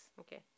Okay